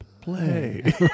play